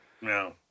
No